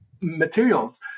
materials